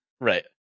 Right